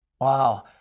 Wow